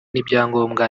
n’ibyangombwa